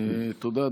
תודה,